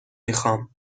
میخام